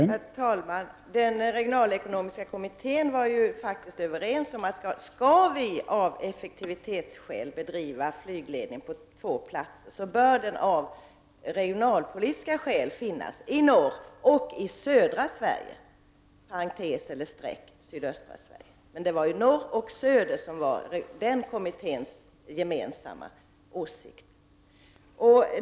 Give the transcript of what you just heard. Herr talman! Den regionalpolitiska kommittén var faktiskt överens om att om flygledningen skall bedrivas på två platser bör den av regionalpolitiska skäl finnas i norra och södra Sverige, alternativt sydöstra Sverige. Det var norr och söder som var kommitténs gemensamma åsikt.